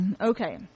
Okay